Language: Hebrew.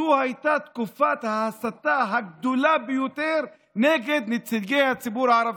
זאת הייתה תקופת ההסתה הגדולה ביותר נגד נציגי הציבור הערבי.